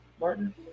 Martin